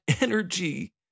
energy